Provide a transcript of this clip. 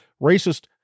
racist